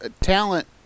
talent